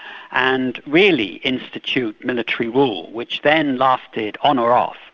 and really institute military rule, which then lasted, on or off,